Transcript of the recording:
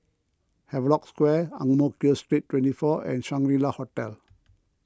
Havelock Square Ang Mo Kio Street twenty four and Shangri La Hotel